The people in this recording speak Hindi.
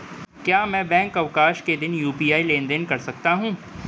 क्या मैं बैंक अवकाश के दिन यू.पी.आई लेनदेन कर सकता हूँ?